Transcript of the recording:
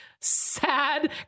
sad